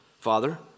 Father